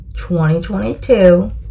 2022